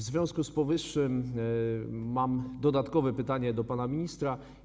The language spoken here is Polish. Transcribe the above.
W związku z powyższym mam dodatkowe pytanie do pana ministra: